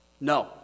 No